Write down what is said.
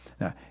now